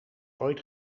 ooit